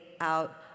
out